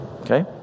Okay